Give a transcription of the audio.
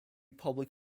public